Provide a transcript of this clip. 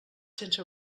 sense